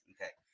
Okay